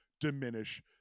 diminish